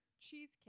Cheesecake